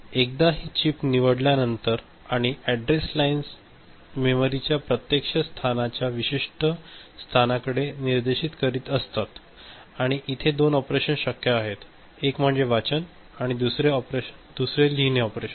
एकदा एकदा ही चिप निवडल्यानंतर आणि अॅड्रेस लाईन्स मेमरीच्या प्रत्यक्ष स्थानाच्या विशिष्ट स्थानाकडे निर्देशित करीत असतात आणि इथे दोन ऑपरेशन्स शक्य आहेत एक म्हणजे वाचन ऑपरेशन दुसरे लिहिणे ऑपरेशन